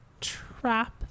trap